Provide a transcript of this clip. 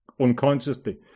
unconsciously